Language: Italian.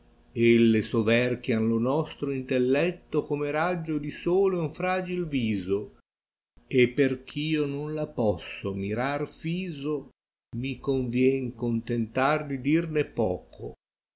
loco elle soverchia n lo nostro intelletto come raggio di sole un fragil viso e perch io non la posso mirar fiso mi convien contentar di dirne poco